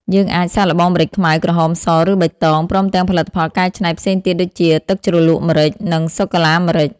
យើងអាចសាកល្បងម្រេចខ្មៅ ក្រហម ស ឬបៃតង ព្រមទាំងផលិតផលកែច្នៃផ្សេងទៀតដូចជា ទឹកជ្រលក់ម្រេច និង សូកូឡាម្រេច ។